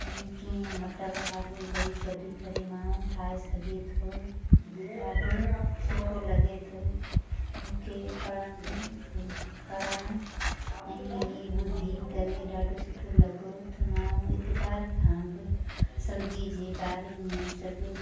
कीअं मटर आलू ॿई गॾु करे माण्हू ठाहे सघे थो ॾाढो सुथो लॻे थो मूंखे पढ़ण पढ़ण ऐं ई ॿुधी करे ॾाढो सुठो लॻो त माण्हू हिकु बार खां सब्जी जे बारे में सभु